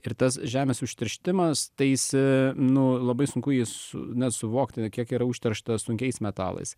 ir tas žemės užteršti mąstaisi nu labai sunku jį su nesuvokti kiek yra užteršta sunkiaisiais metalais